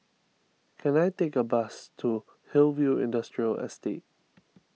can I take a bus to Hillview Industrial Estate